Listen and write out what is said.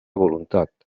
voluntat